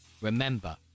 Remember